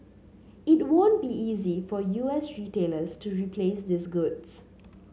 it won't be easy for U S retailers to replace these goods